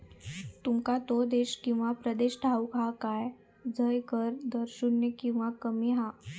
तुमका तो देश किंवा प्रदेश ठाऊक हा काय झय कर दर शून्य किंवा कमी हा?